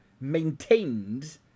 maintained